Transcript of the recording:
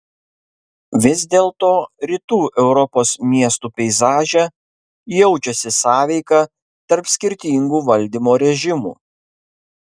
vis dėlto rytų europos miestų peizaže jaučiasi sąveika tarp skirtingų valdymo režimų